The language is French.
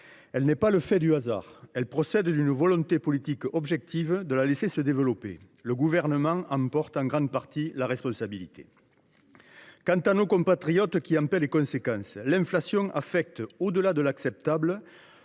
Elle est le fait, non pas du hasard, mais d’une volonté politique objective de la laisser se développer. Le Gouvernement en porte en grande partie la responsabilité. Pour nos compatriotes qui en paient les conséquences, l’inflation affecte au delà de l’acceptable